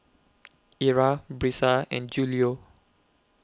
Ira Brisa and Julio